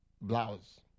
blouse